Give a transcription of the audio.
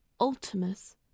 ultimus